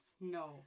No